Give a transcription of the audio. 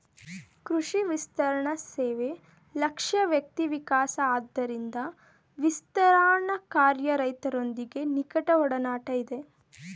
ಕೃಷಿ ವಿಸ್ತರಣಸೇವೆ ಲಕ್ಷ್ಯ ವ್ಯಕ್ತಿವಿಕಾಸ ಆದ್ದರಿಂದ ವಿಸ್ತರಣಾಕಾರ್ಯ ರೈತರೊಂದಿಗೆ ನಿಕಟಒಡನಾಟ ಇದೆ